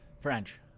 French